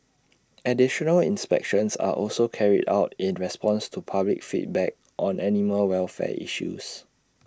additional inspections are also carried out in response to public feedback on animal welfare issues